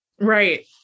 Right